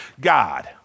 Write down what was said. God